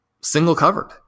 single-covered